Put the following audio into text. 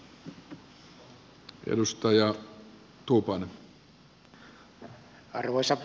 arvoisa puhemies